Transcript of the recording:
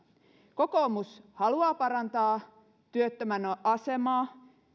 kokoomus haluaa parantaa työttömän asemaa